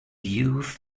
youth